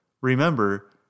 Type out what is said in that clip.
remember